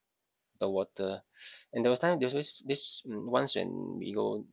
the water and there was time there was this this once when we go